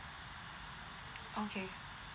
okay